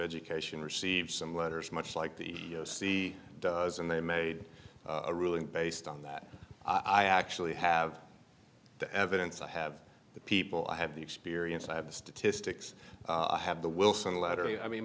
education received some letters much like the sea does and they made a ruling based on that i actually have the evidence i have the people i have the experience i have the statistics i have the wilson laterally i mean